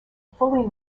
fully